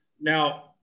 Now